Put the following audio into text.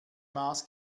maß